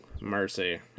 mercy